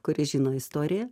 kuris žino istoriją